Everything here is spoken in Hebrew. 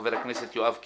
חבר הכנסת יואב קיש,